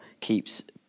keeps